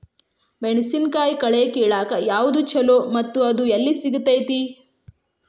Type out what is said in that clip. ಮೆಣಸಿನಕಾಯಿ ಕಳೆ ಕಿಳಾಕ್ ಯಾವ್ದು ಛಲೋ ಮತ್ತು ಅದು ಎಲ್ಲಿ ಸಿಗತೇತಿ?